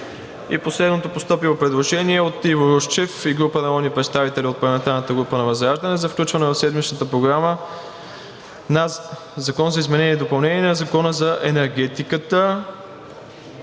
Последното постъпило предложение е от Иво Русчев и група народни представители от парламентарната група на ВЪЗРАЖДАНЕ за включване в седмичната Програма на Законопроекта за изменение и допълнение на Закона за енергетиката,